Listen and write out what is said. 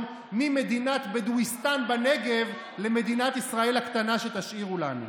ממדינת בדואיסטן בנגב למדינת ישראל הקטנה שתשאירו לנו.